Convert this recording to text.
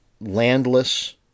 landless